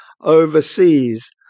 overseas